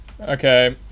Okay